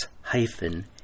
hyphen